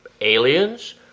aliens